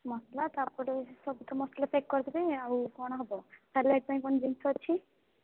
ମସଲା ତା'ପରେ ସବୁ ତ ମସଲା ପ୍ୟାକ୍ କରିଦେବେ ଆଉ କ'ଣ ହେବ ସାଲାଡ଼୍ ପାଇଁ କ'ଣ ଜିନିଷ ଅଛି